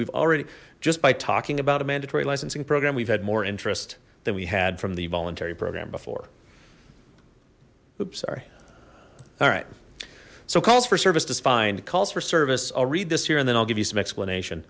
we've already just by talking about a mandatory licensing program we've had more interest than we had from the voluntary program before sorry all right so calls for service to spine calls for service i'll read this here and then i'll give you some explanation